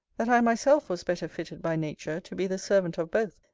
that i myself was better fitted by nature to be the servant of both,